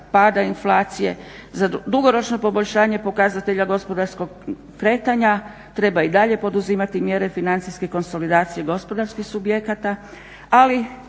pada inflacije, za dugoročno poboljšanje pokazatelja gospodarskog kretanja treba i dalje poduzimati mjere financijske konsolidacije gospodarskih subjekata, ali